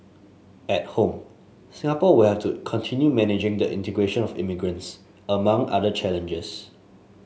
at home Singapore will have to continue managing the integration of immigrants among other challenges